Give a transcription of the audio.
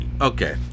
Okay